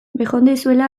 bejondeizuela